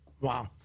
Wow